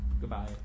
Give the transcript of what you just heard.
Goodbye